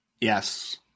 Yes